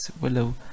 Willow